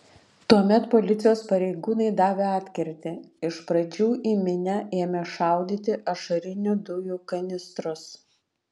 tuomet policijos pareigūnai davė atkirtį iš pradžių į minią ėmė šaudyti ašarinių dujų kanistrus